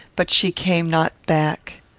but she came not back.